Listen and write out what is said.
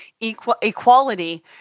equality